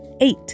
eight